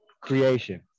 creation